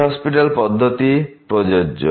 এল hospital পদ্ধতিটি প্রযোজ্য